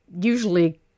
usually